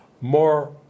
more